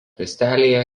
miestelyje